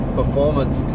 performance